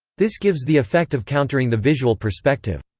this gives the effect of countering the visual perspective.